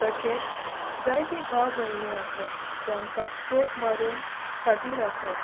तशेंच जायती भाव भयणी आसात जांकां स्ट्रोक मारून खाटीर आसात